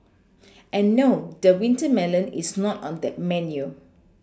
and no the winter melon is not on that menu